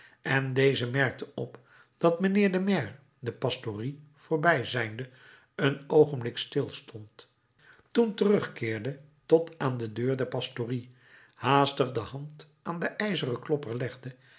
en deze merkte op dat mijnheer de maire de pastorie voorbij zijnde een oogenblik stilstond toen terugkeerde tot aan de deur der pastorie haastig de hand aan den ijzeren klopper legde